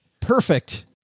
Perfect